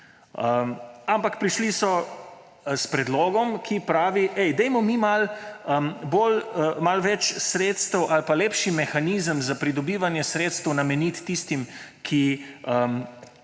Ampak prišli so s predlogom, ki pravi: »Ej, dajmo mi malo več sredstev ali pa lepši mehanizem za pridobivanje sredstev nameniti tistim